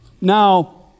Now